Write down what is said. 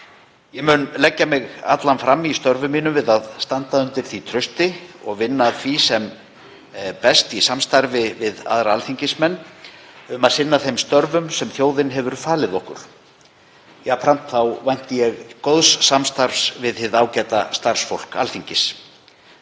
Ég mun leggja mig allan fram í störfum mínum við að standa undir því trausti og vinna að því sem best í samstarfi við aðra alþingismenn um að sinna þeim störfum sem þjóðin hefur falið okkur. Jafnframt vænti ég góðs samstarfs við hið ágæta starfsfólk Alþingis.